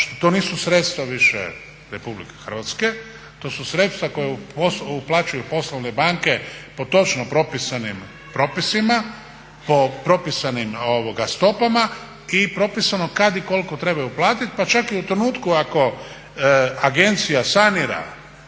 to nisu sredstva više RH, to su sredstva koja uplaćuju poslovne banke po točno propisanim propisima, po propisanim stopama i propisano je kada i koliko trebaju uplatiti pa čak i u trenutku ako agencija sanira